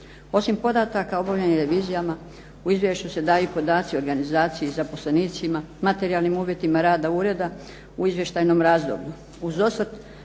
Osim podataka o obavljenim revizijama u izvješću se daju i podaci o organizaciji i zaposlenicima, materijalnim uvjetima rada ureda u izvještajnom razdoblju